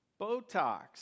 Botox